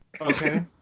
Okay